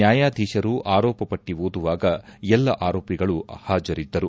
ನ್ನಾಯಾಧೀಶರು ಆರೋಪಟ್ಟ ಓದುವಾಗ ಎಲ್ಲ ಆರೋಪಿಗಳು ಹಾಜರಿದ್ದರು